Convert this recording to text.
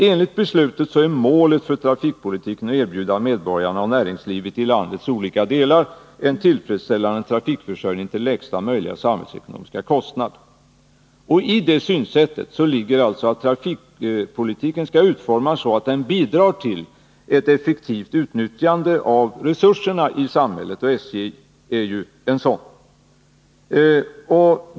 Enligt beslutet är målet för trafikpolitiken att erbjuda medborgarna och näringslivet i landets olika delar en tillfredsställande trafikförsörjning till lägsta möjliga samhällsekonomiska kostnad. I det synsättet ligger alltså att trafikpolitiken skall utformas så att den bidrar till ett effektivt utnyttjande av resurserna i samhället — och SJ är ju en sådan.